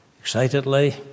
Excitedly